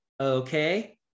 okay